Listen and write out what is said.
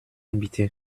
bitte